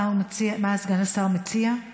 מה סגן השר מציע?